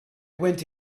went